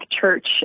church